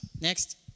Next